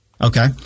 Okay